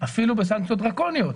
- אפילו בסנקציות דרקוניות,